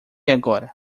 agora